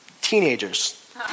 teenagers